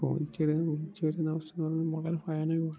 phone ചെയ്ത് വിളിച്ചു വരുത്തുന്ന അവസ്ഥയെന്ന് പറയുന്നത് വളരെ ഭയാനകമാണ്